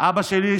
אבא שלי,